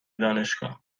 دانشگاه